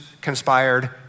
conspired